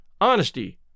honesty